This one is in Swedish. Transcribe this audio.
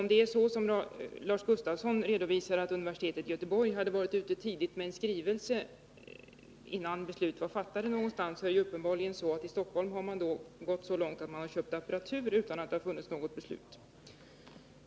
Om det är så som Lars Gustafsson redovisar, att universitetet i Göteborg varit ute tidigt med en skrivelse — t.o.m. innan beslut fattats inom någon instans — har man uppenbarligen i Stockholm gått rent av så långt att man köpt apparatur utan att det förelegat något motsvarande beslut.